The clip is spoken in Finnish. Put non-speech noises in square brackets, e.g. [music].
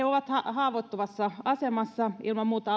[unintelligible] ovat haavoittuvassa asemassa ilman muuta [unintelligible]